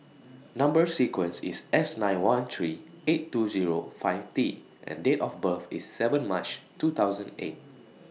Number sequence IS S nine one three eight two Zero five T and Date of birth IS seven March two thousand eight